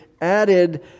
added